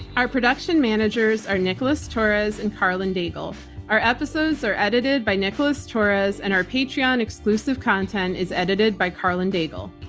our production managers are nicholas torres and karlyn daigle. our episodes are edited by nicholas torres and our patreon exclusive content is edited by karlyn daigle.